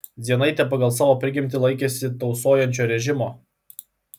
dzienaitė pagal savo prigimtį laikėsi tausojančio režimo